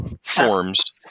forms